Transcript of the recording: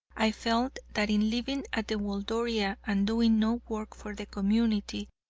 i felt that in living at the waldoria, and doing no work for the community,